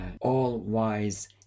all-wise